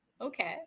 Okay